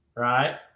right